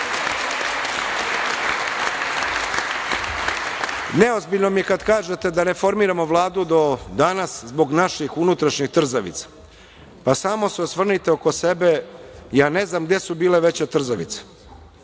države. Neozbiljno mi je kada kažete da ne formiramo Vladu do danas zbog naših unutrašnjih trzavica. Pa, samo se osvrnite oko sebe, ja ne znam gde su bile veće trzavice.